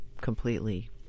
completely